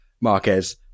Marquez